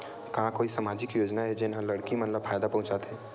का कोई समाजिक योजना हे, जेन हा लड़की मन ला फायदा पहुंचाथे?